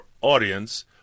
audience